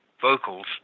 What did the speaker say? vocals